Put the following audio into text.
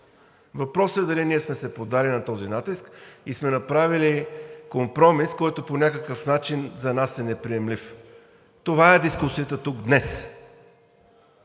въпросът е дали ние сме се поддали на този натиск и сме направили компромис, който по някакъв начин за нас е неприемлив. Това е дискусията тук днес.